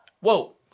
Whoa